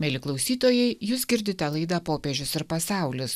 mieli klausytojai jūs girdite laidą popiežius ir pasaulis